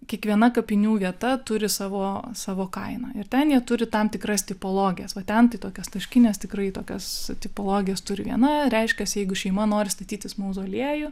kiekviena kapinių vieta turi savo savo kainą ir ten jie turi tam tikras tipologijas va ten tai tokias taškines tikrai tokias tipologijas turi viena reiškias jeigu šeima nori statytis mauzoliejų